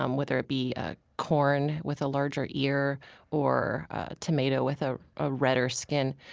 um whether it be ah corn with a larger ear or tomato with ah a redder skin.